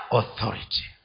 authority